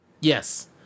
Yes